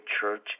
church